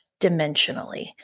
dimensionally